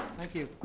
thank you.